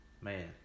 man